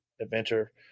adventure